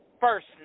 first